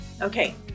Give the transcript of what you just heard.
Okay